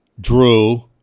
drew